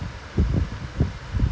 because look the difference in pay